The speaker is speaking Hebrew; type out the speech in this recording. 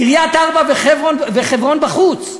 קריית-ארבע וחברון בחוץ.